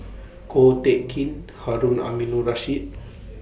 Ko Teck Kin Harun Aminurrashid